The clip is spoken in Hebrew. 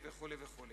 וכו' וכו'.